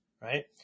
right